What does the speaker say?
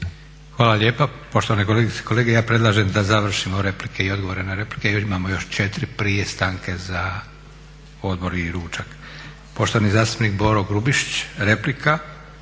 Hvala lijepa. Poštovane kolegice i kolege ja predlažem da završimo replike i odgovore na replike jer imamo još 4 prije stanke za odmor i ručak. Poštovani zastupnik Boro Grubišić, replika